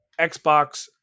Xbox